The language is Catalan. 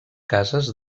cases